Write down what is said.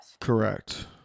Correct